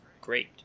great